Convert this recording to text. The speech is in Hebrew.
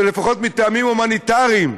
ולפחות מטעמים הומניטריים.